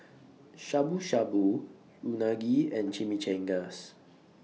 Shabu Shabu Unagi and Chimichangas